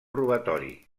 robatori